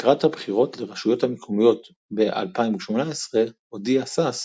לקראת הבחירות לרשויות המקומיות ב-2018 הודיע שש,